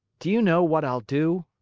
do you know what i'll do?